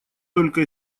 только